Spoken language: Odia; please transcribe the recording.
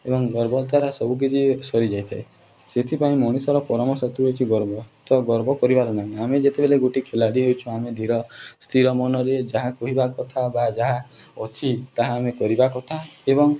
ଏବଂ ଗର୍ବ ଦ୍ୱାରା ସବୁକିଛି ସରିଯାଇଥାଏ ସେଥିପାଇଁ ମଣିଷର ପରମ ଶତ୍ରୁ ରହିଛି ଗର୍ବ ତ ଗର୍ବ କରିବାର ନାହିଁ ଆମେ ଯେତେବେଳେ ଗୋଟ ଖେଳାଳି ହୋଇଛୁ ଆମେ ଧୀର ସ୍ଥିର ମନରେ ଯାହା କହିବା କଥା ବା ଯାହା ଅଛି ତାହା ଆମେ କରିବା କଥା ଏବଂ